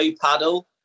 paddle